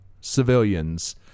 civilians